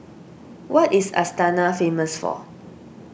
what is Astana famous for